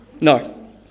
No